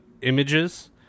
images